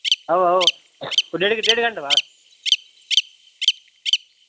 आहो आहो कोई डेढ़ डेढ़ घैंटे बाद